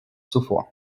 zuvor